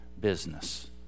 business